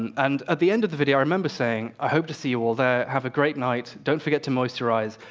and and at the end of the video i remember saying, i hope to see you all there, have a great night, don't forget to moisturize,